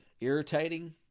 irritating